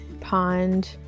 pond